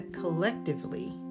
collectively